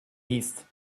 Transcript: east